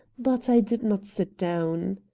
but i did not sit down.